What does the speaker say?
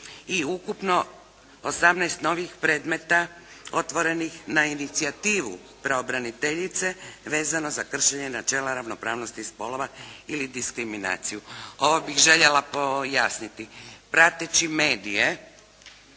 i ukupno 18 novih predmeta otvorenih na inicijativu pravobraniteljice vezano za kršenje načela ravnopravnosti spolova ili diskriminaciju. Ovo bih željela pojasniti. Prateći medije